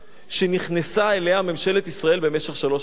שנכנסה אליה ממשלת ישראל במשך שלוש שנים וחצי.